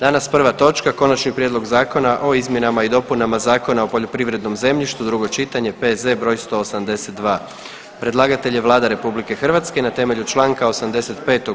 Danas prva točka: - Konačni prijedlog Zakona o izmjenama i dopunama Zakona o poljoprivrednom zemljištu, drugo čitanje, P.Z. broj 182 Predlagatelj je Vlada RH na temelju Članka 85.